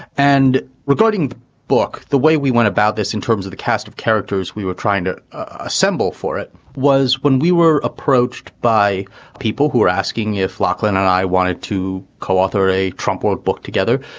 and regarding the book, the way we went about this in terms of the cast of characters we were trying to assemble for, it was when we were approached by people who were asking if lachlan and i wanted to co-author a trump or book together.